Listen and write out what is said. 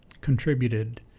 contributed